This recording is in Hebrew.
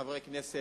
חברי הכנסת,